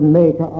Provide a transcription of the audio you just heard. make